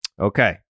Okay